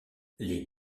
les